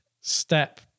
step